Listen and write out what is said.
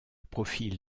profil